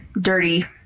dirty